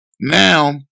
Now